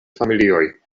familioj